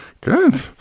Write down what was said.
Good